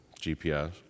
GPS